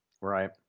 Right